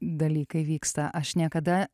dalykai vyksta aš niekada